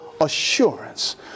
assurance